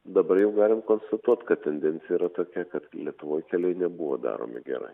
dabar jau galim konstatuot kad tendencija yra tokia kad lietuvoj keliai nebuvo daromi gerai